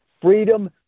freedom